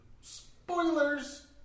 Spoilers